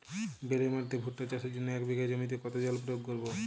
বেলে মাটিতে ভুট্টা চাষের জন্য এক বিঘা জমিতে কতো জল প্রয়োগ করব?